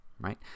right